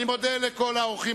אני מודה לכל האורחים.